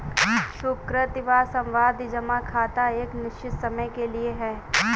सुकृति का सावधि जमा खाता एक निश्चित समय के लिए है